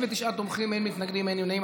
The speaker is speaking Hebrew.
59 תומכים, אין מתנגדים, אין נמנעים.